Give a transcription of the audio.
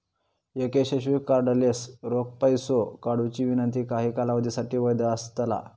एक यशस्वी कार्डलेस रोख पैसो काढुची विनंती काही कालावधीसाठी वैध असतला